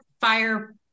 fire